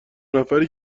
نفری